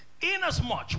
inasmuch